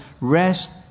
Rest